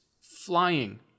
flying